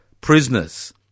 prisoners